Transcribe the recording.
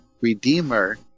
Redeemer